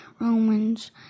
Romans